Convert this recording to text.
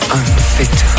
unfit